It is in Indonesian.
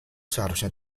seharusnya